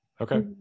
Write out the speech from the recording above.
Okay